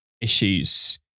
issues